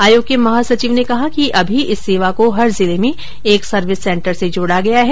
आयोग के महासचिव ने कहा कि अभी इस सेवा को हर जिले में एक सर्विस सेंटर से जोड़ा गया है